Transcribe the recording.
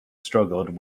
struggled